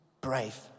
brave